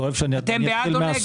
אתה אוהב שאני אתחיל מהסוף?